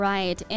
Right